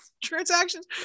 transactions